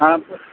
ஆ